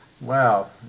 Wow